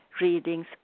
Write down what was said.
readings